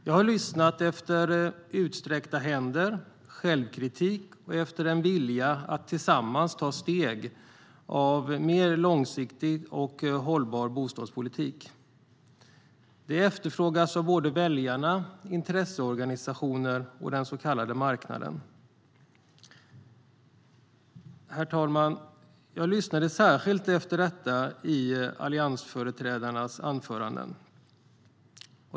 Jag har lyssnat efter tal om utsträckta händer, efter självkritik och efter en vilja att tillsammans ta steg för mer av en långsiktig och hållbar bostadspolitik. Det efterfrågas av såväl väljarna och intresseorganisationer som den så kallade marknaden. Herr talman! Jag lyssnade särskilt efter detta i alliansföreträdarnas anföranden.